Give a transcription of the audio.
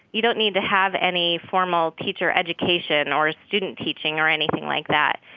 you don't need to have any formal teacher education or student teaching or anything like that,